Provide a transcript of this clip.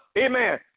Amen